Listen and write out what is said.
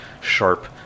sharp